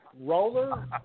Roller